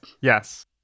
Yes